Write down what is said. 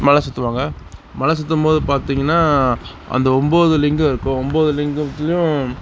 மலை சுற்றுவாங்க மலை சுற்றும்போது பார்த்திங்கனா அந்த ஒன்போது லிங்கம் இருக்கும் ஒன்போது லிங்கத்திலியும்